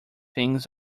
things